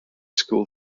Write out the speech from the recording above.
school